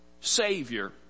Savior